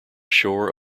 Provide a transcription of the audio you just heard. shore